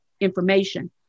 information